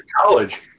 college